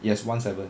yes one seven